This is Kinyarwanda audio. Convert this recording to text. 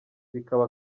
bikaba